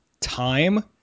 time